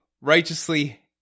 righteously